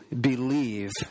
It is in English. believe